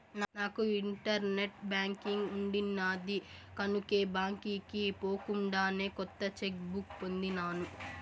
నాకు internet banking ఉండిన్నాది కనుకే బాంకీకి పోకుండానే కొత్త చెక్ బుక్ పొందినాను